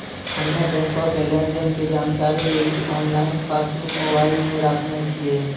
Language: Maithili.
हम्मे बैंको के लेन देन के जानकारी लेली आनलाइन पासबुक मोबाइले मे राखने छिए